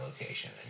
location